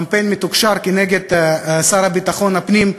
קמפיין מתוקשר כנגד השר לביטחון הפנים,